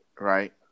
right